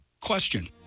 Question